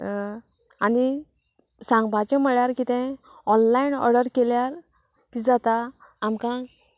आनी सांगपाचें म्हळ्यार कितें ऑनलायन ऑर्डर केल्यार कितें जाता आमकां